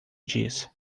diz